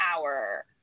hour